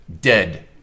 dead